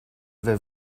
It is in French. vais